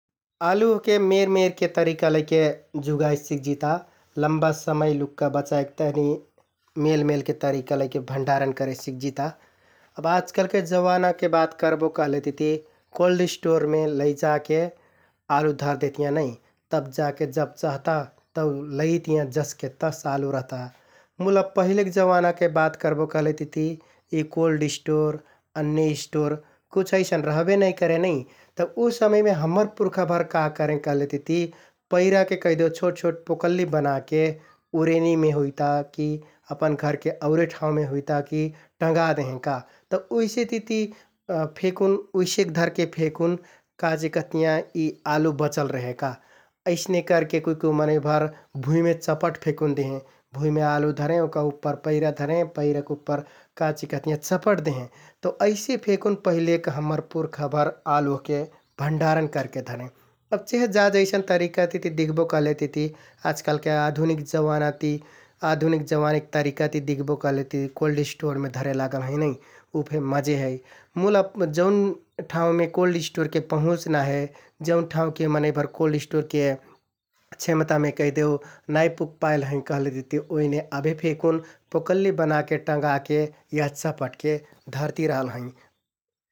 आलु ओहके मेरमेरके तरिका लैके जुगाइ सिकजिता । लम्बा समय लुक्का बचाइक तहनि मेलके तरिका लैके भण्डारण करे सिकजिता । अब आजकालके जवानाके बात करबो कहलेतिति कोल्ड स्टोरमे लैजाके आलु धरदेहतियाँ नै । तब जाके जब चहता तौ लैइतियाँ जसके तस आलु रहता मुल अब पहिलेक जवानाके बात करबो कहलेतिति यि कोल्ड स्टोर, अन्य स्टोर कुछ अइसन रहबे नाइ करे नै । तौ उ समयमे हम्मर पुर्खाभर का करें कहलेतिति पैराके कैहदेउ छोट छोट पुकल्लि बनाके उरेंनिमे हुइता कि, अपन घरके औरे ठाउँमे हुइता कि टंगादेहें का । तौ उइसेतिति फेकुन, उइसेक धरेके फेकुन काचिहकतियाँ यि आलु बचल रेहे का । अइसने करके कुइ कुइ मनैंभर भुँइमे चपट फेकुन देहें । भुँइमें आलु धरें, ओहका उप्पर पैरा धरें, पैरक उप्पर काचिकहतियाँ चपट देहें । तौ अइसे फेकुन पहिलेक हम्मर पुर्खाभर आलु ओहके भण्डारण करके धरें । अब चहे जा जैसन तरिकातिति दिख्बो कहलेतिति आजकालके आधुनिक जवानाति, आधुनिक जवानाके तरिकाति दिख्बो कहलेति कोल्ह स्टोरमे धरे लागल हैं नै । उ फे मजे है मुल अब जौन ठाउँमे कोल्ड स्टोरके पहुँच ना हे, जौन ठाउँके मनैंभर कोल्ड स्टोरके क्षमतामे कैहदेउ नाइ पुगपाइल हैं कहलेतिति ओइने अभे फेकुन पुकल्लि बनाके टंगाके या चपटके धरति रहल हैं ।